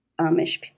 Amish